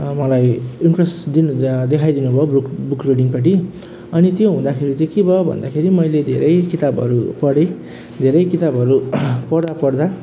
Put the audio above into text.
मलाई इन्ट्रेस दिनु देखाइ दिनुभयो बुक बुक रिडिङपट्टि अनि त्यो हुँदाखेरि चाहिँ के भयो भन्दाखेरि मैले धेरै किताबहरू पढेँ धेरै किताबहरू पढ्दा पढ्दा